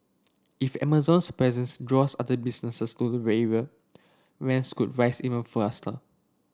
if Amazon's presence draws other businesses to rents could rise even